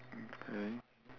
okay